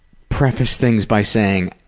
preface things by saying,